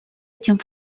этим